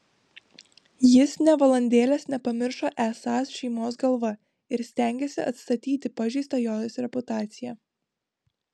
jis nė valandėlės nepamiršo esąs šeimos galva ir stengėsi atstatyti pažeistą jos reputaciją